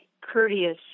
courteous